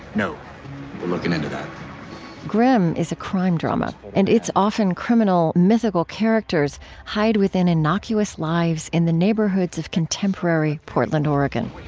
no, we're looking into that grimm is a crime drama. and its often criminal, mythical characters hide within innocuous lives in the neighborhoods of contemporary portland, oregon